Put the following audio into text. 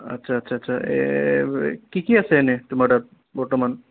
আচ্ছা আচ্ছা আচ্ছা এই কি কি আছে এনেই তোমাৰ তাত বৰ্তমান